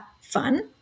fun